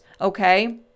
okay